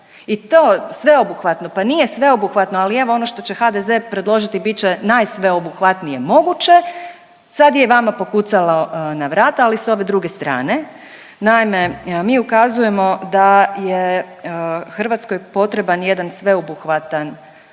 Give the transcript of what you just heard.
i to sveobuhvatno, pa nije sveobuhvatno ali evo ono što će HDZ predložiti bit će najsveobuhvatnije moguće, sad je i vama pokucalo na vrata ali s ove druge strane. Naime, mi ukazujemo da je Hrvatskoj potreban jedan sveobuhvatan